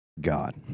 God